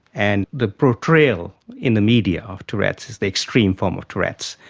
and the portrayal in the media of tourette's is the extreme form of tourette's.